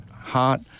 heart